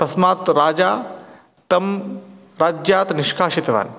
तस्मात् राजा तं राज्यात् निष्कासितवान्